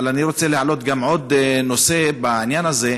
אבל אני רוצה להעלות גם עוד נושא בעניין הזה,